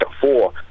four